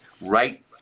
right